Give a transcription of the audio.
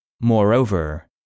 Moreover